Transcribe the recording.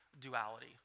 duality